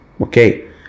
okay